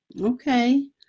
Okay